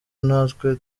natwe